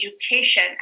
education